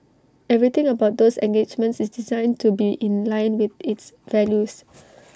everything about those engagements is designed to be in line with its values